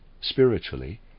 spiritually